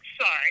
sorry